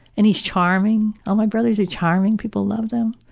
and he is charming. all my brothers are charming. people love them.